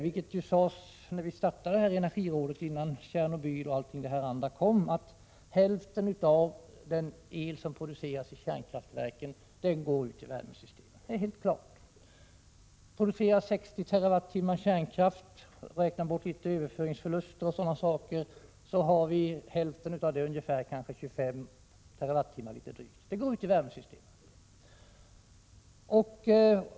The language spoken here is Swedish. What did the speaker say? Innan vi startade i energirådet — före Tjernobyl och allt det här andra —sade vi att hälften av den el som produceras i kärnkraftverken går ut i värmesystemen — det är helt klart. Vi producerar 60 TWh kärnkraft. Räkna bort en del överföringsförluster och sådana saker så är det litet drygt hälften av det — kanske drygt 25 TWh — som går ut i värmesystemen.